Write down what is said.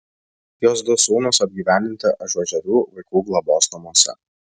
jos du sūnūs apgyvendinti ažuožerių vaikų globos namuose